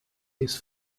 his